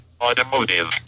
automotive